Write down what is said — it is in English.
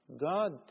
God